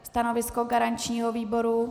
Stanovisko garančního výboru?